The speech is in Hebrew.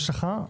יש לך,